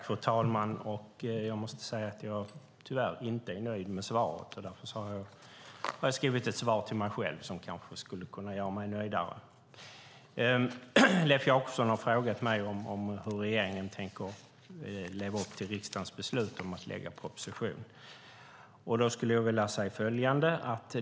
Fru talman! Jag är tyvärr inte nöjd med svaret. Därför har jag skrivit ett svar till mig själv som kanske skulle göra mig mer nöjd. Leif Jakobsson har frågat mig hur regeringen tänker leva upp till riksdagens beslut om att lägga fram en proposition.